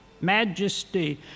majesty